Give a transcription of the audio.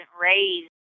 raised